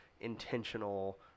intentional